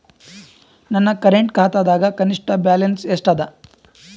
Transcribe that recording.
ನನ್ನ ಕರೆಂಟ್ ಖಾತಾದಾಗ ಕನಿಷ್ಠ ಬ್ಯಾಲೆನ್ಸ್ ಎಷ್ಟು ಅದ